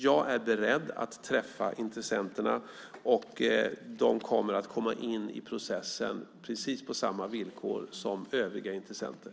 Jag är beredd att träffa intressenterna, och de kommer att komma in i processen precis på samma villkor som övriga intressenter.